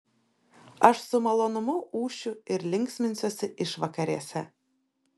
aš su malonumu ūšiu ir linksminsiuosi išvakarėse